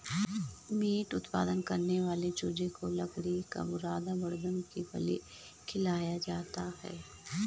meet उत्पादन करने वाले चूजे को लकड़ी का बुरादा बड़दम की फली खिलाया जाता है